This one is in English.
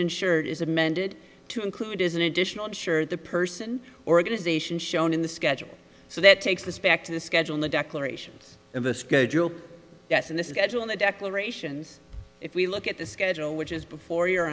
insured is amended to include it is an additional sure the person organization shown in the schedule so that takes this back to the schedule the declarations of a schedule that's in the schedule in the declarations if we look at the schedule which is before you